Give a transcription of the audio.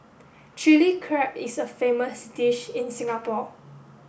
Chilli Crab is a famous dish in Singapore